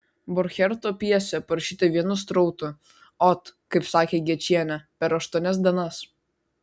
borcherto pjesė parašyta vienu srautu ot kaip sakė gečienė per aštuonias dienas